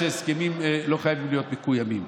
שהסכמים לא חייבים להיות מקוימים.